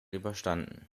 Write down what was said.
überstanden